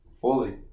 Fully